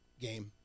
game